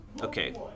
Okay